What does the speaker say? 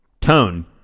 Tone